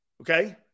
Okay